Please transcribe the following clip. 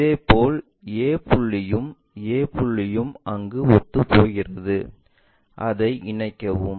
இதேபோல் a புள்ளியும் a புள்ளியும் அங்கு ஒத்துப்போகிறது அதை இணைக்கவும்